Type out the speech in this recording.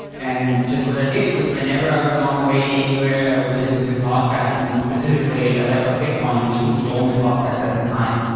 and just what i did was whenever i was on the way anywhere, i would listen to a podcast and specifically lesser bitcoin, which was the only podcast at the time.